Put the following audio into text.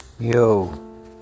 Yo